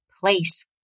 place